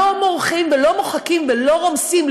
ולא מורחים ולא מוחקים ולא רומסים,